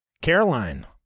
caroline